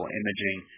imaging